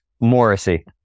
Morrissey